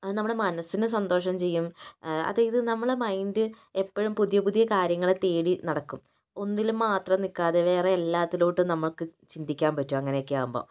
അത് നമ്മുടെ മനസ്സിന് സന്തോഷം ചെയ്യും അതായത് നമ്മുടെ മൈൻഡ് എപ്പോഴും പുതിയ പുതിയ കാര്യങ്ങൾ തേടി നടക്കും ഒന്നിൽ മാത്രം നിൽക്കാതെ വേറെ എല്ലാത്തിലോട്ടും നമുക്ക് ചിന്തിക്കാൻ പറ്റും അങ്ങനെ ഒക്കെ ആകുമ്പോൾ